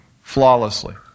flawlessly